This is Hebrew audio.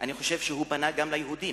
אני חושב שהוא פנה גם אל היהודים,